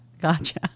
Gotcha